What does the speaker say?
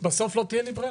בסוף לא תהיה לי ברירה,